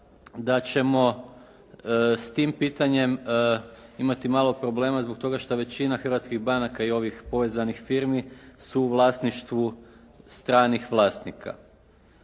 da ćemo s tim pitanjem imati malo problema zbog toga što većina hrvatskih banaka i ovih povezanih firmi su u vlasništvu stranih vlasnika.